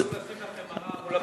לשים לכם מראה מול הפרצוף.